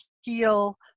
heal